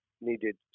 needed